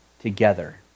together